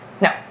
no